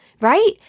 right